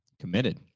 Committed